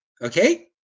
Okay